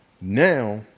now